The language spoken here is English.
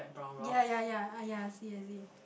ya ya ya ah ya I see I see